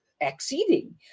exceeding